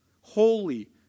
holy